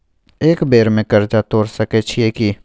एक बेर में कर्जा तोर सके छियै की?